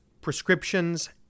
prescriptions